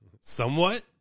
Somewhat